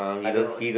I don't know